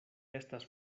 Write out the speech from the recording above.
estas